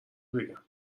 بگم